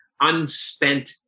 unspent